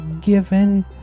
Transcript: given